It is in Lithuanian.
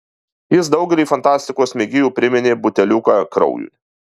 jis daugeliui fantastikos mėgėjų priminė buteliuką kraujui